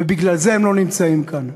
ובגלל זה הם לא נמצאים כאן.